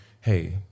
hey